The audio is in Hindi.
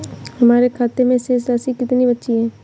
हमारे खाते में शेष राशि कितनी बची है?